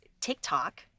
tiktok